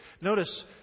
Notice